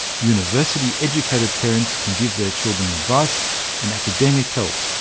university-educated parents can give their children advice and academic help,